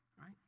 Right